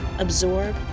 Absorb